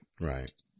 Right